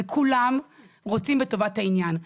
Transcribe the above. כולם רוצים בטובת העניין,